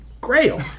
grail